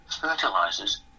fertilizers